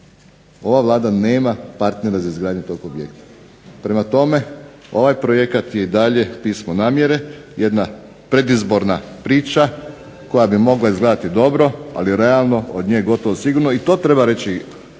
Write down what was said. ova Vlada nema partnera za izgradnju tog objekta. Prema tome, ovaj projekat je pismo namjere, jedna predizborna priča koja bi mogla izgledati dobro, ali realno od nje gotovo sigurno i to treba reći građanima,